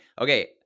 Okay